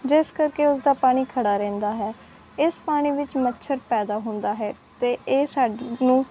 ਜਿਸ ਕਰਕੇ ਉਸ ਦਾ ਪਾਣੀ ਖੜਾ ਰਹਿੰਦਾ ਹੈ ਇਸ ਪਾਣੀ ਵਿੱਚ ਮੱਛਰ ਪੈਦਾ ਹੁੰਦਾ ਹੈ ਅਤੇ ਇਹ ਸਾਨੂੰ